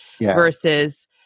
versus